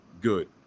good